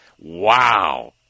Wow